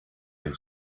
and